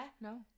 no